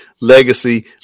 Legacy